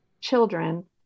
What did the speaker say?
children